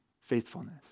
faithfulness